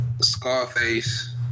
Scarface